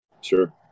Sure